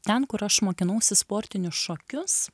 ten kur aš mokinausi sportinius šokius